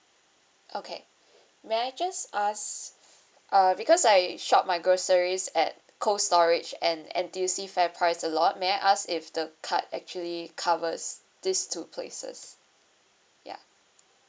okay may I just ask uh because I shop my groceries at cold storage and N_T_U_C fair price a lot may I ask if the card actually covers these two places ya